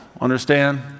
Understand